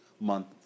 month